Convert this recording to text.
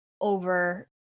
over